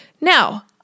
Now